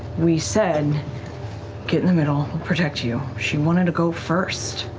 we said get in the middle, protect you. she wanted to go first.